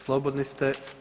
Slobodni ste.